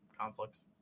conflicts